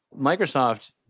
Microsoft